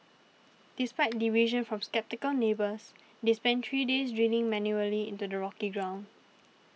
despite derision from sceptical neighbours they spent three days drilling manually into the rocky ground